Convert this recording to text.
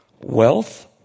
Wealth